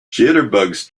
jitterbugs